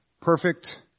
Perfect